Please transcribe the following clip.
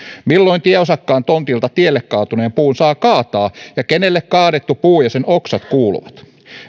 milloin tieosakkaan tontilta tielle kaatuneen puun saa kaataa ja kenelle kaadettu puu ja sen oksat kuuluvat